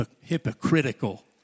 hypocritical